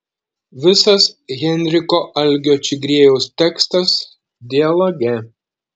visas henriko algio čigriejaus tekstas dialoge